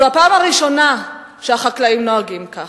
זו הפעם הראשונה שהחקלאים נוהגים כך,